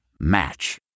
Match